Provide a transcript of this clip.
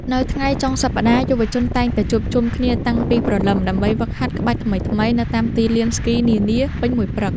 នៅថ្ងៃចុងសប្ដាហ៍ យុវជនតែងតែជួបជុំគ្នាតាំងពីព្រលឹមដើម្បីហ្វឹកហាត់ក្បាច់ថ្មីៗនៅតាមទីលានស្គីនានាពេញមួយព្រឹក។